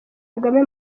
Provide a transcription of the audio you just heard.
kagame